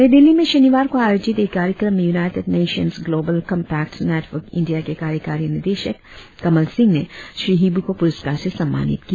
नई दिल्ली में शनिवार को आयोजित एक कार्यक्रम में united nations global compact network India के कार्यकारी निदेशक कमल सिंह ने श्री हिबु को पुरस्कार से सम्मानित किया